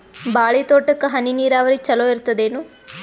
ಬಾಳಿ ತೋಟಕ್ಕ ಹನಿ ನೀರಾವರಿ ಚಲೋ ಇರತದೇನು?